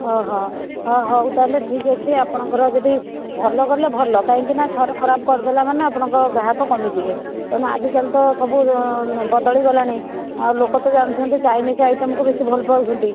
ଓହୋ ହ ହଉ ତାହାଲେ ଠିକ୍ଅଛି ଆପଣଙ୍କର ଯଦି ଭଲ କଲେ ଭଲ କାହିଁକିନା ଥରେ ଖରାପ୍ କରିଦେଲା ମାନେ ଆପଣଙ୍କ ଗ୍ରାହକ କମିଯିବେ ତେଣୁ ଆଜିକାଲି ତ ସବୁ ବଦଳିଗଲାଣି ଆଉ ଲୋକ ତ ଜାଣିଛନ୍ତି ଚାଇନିଜ୍ ଆଇଟମ୍କୁ ବେଶୀ ଭଲ ପାଉଛନ୍ତି